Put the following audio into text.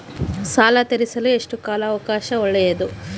ಸಾಲ ತೇರಿಸಲು ಎಷ್ಟು ಕಾಲ ಅವಕಾಶ ಒಳ್ಳೆಯದು?